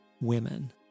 women